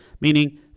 meaning